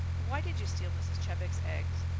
why did you steal mrs. chebec's eggs?